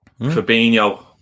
Fabinho